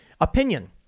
Opinion